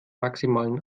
maximalen